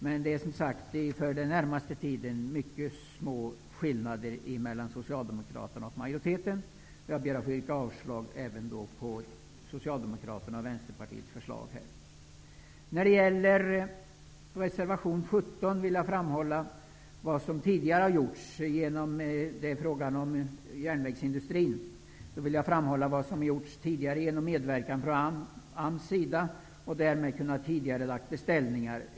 Men det är som sagt i detta sammanhang fråga om mycket små skillnader mellan Socialdemokraternas förslag och utskottsmajoritetens. Jag ber att få yrka avslag på såväl Socialdemokraternas som Vänsterpartiets förslag. När det gäller reservation 17, som handlar om järnvägsindustrin, vill jag framhålla vad som tidigare gjorts genom medverkan från AMS och därmed tidigareläggningar av beställningar.